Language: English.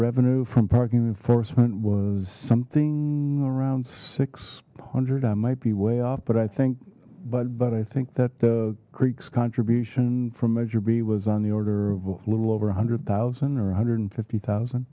revenue from parking enforcement was something around six hundred i might be way off but i think but but i think that the greeks contribution from measure b was on the order of a little over a hundred thousand or one hundred and fifty thousand